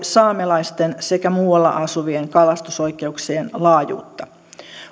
saamelaisten sekä muualla asuvien kalastusoikeuksien laajuutta